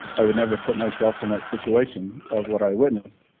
i would never put myself in that situation of what i witnessed,